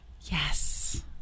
Yes